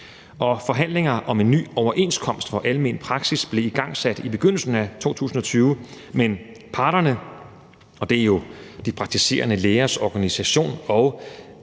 Forhandlinger om en ny overenskomst for almen praksis blev igangsat i begyndelsen af 2020, men parterne, og det er jo Praktiserende Lægers Organisation